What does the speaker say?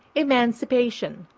emancipation,